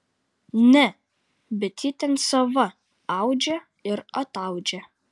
ne bet ji ten sava audžia ir ataudžia